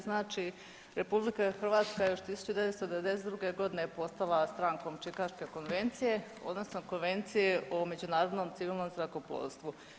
Znači RH je još 1992.g. postala stankom Čikaške konvencije odnosno Konvencije o međunarodnom civilnom zrakoplovstvu.